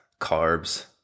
carbs